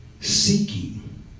seeking